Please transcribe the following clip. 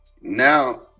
Now